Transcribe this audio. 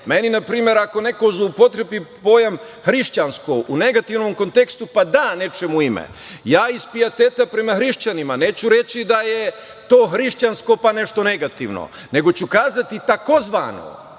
ne. Meni, na primer, ako neko zloupotrebi pojam hrišćansko u negativnom kontekstu, pa da nečemu ime, ja iz pijeteta prema hrišćanima neću reći da je to hrišćansko, pa nešto negativno, nego ću kazati takozvano,